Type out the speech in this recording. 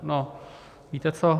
No, víte co?